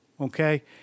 Okay